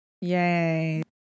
yay